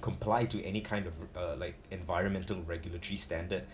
comply to any kind of uh like environmental regulatory standards